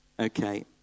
Okay